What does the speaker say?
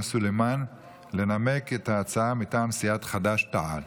סלימאן לנמק את ההצעה מטעם סיעת חד"ש-תע"ל.